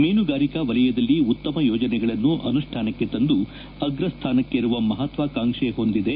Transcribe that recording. ಮೀನುಗಾರಿಕಾ ವಲಯದಲ್ಲಿ ಉತ್ತಮ ಯೋಜನೆಗಳನ್ನು ಅನುಷ್ಠಾನಕ್ಕೆ ತಂದು ಅಗ್ರಸ್ಥಾನಕ್ಕೇರುವ ಮಹತ್ವಕಾಂಕ್ಷೆ ಹೊಂದಿದೆ